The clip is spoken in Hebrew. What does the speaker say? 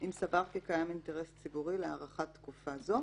אם סבר כי קיים אינטרס ציבורי להארכת תקופה זו".